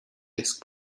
disc